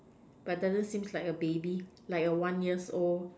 but doesn't seems like a baby like a one years old